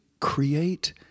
create